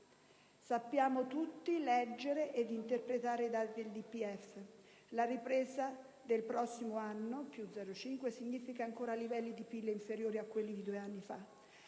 Sappiamo tutti leggere ed interpretare i dati del DPEF. La ripresa del prossimo anno (+ 0,5) significa ancora livelli di PIL inferiori a quelli di due anni fa.